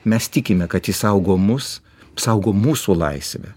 mes tikime kad jis saugo mus saugo mūsų laisvę